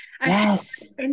Yes